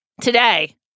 Today